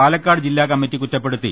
പാലക്കാട് ജില്ലാ കമ്മറ്റി കുറ്റപ്പെടുത്തി